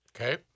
okay